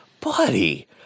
Buddy